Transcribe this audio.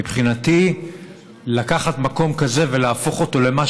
מבחינתי לקחת מקום כזה ולהפוך אותו למה